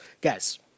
Guys